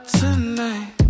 tonight